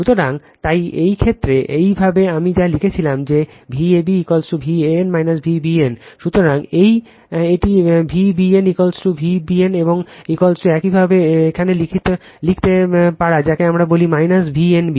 সুতরাং তাই এই ক্ষেত্রে একইভাবে আমি যা লিখেছিলাম যে Vab Van Vbn সুতরাং এই একটি Vbn যা Vbn একইভাবে এখানে লিখতে পারে যাকে আমরা বলি V n b